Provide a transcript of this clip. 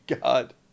God